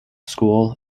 school